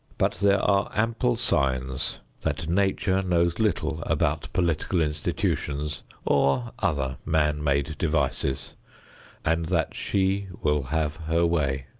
but there are ample signs that nature knows little about political institutions or other man-made devices and that she will have her way.